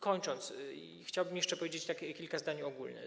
Kończąc, chciałbym jeszcze powiedzieć kilka zdań ogólnie.